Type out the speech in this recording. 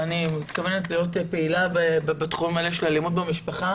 ואני מתכוונת להיות פעילה בתחומים האלה של אלימות במשפחה.